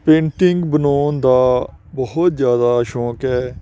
painting ਬਣਾਉਣ ਦਾ ਬਹੁਤ ਜ਼ਿਆਦਾ ਸ਼ੌਕ ਹੈ